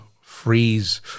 freeze